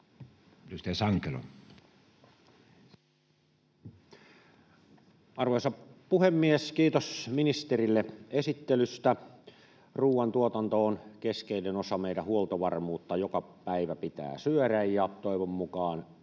Arvoisa puhemies! Kiitos ministerille esittelystä. Ruuan tuotanto on keskeinen osa meidän huoltovarmuutta: joka päivä pitää syödä ja toivon mukaan